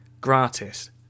gratis